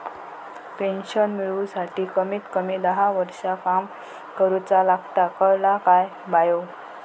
Pension मिळूसाठी कमीत कमी दहा वर्षां काम करुचा लागता, कळला काय बायो?